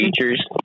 features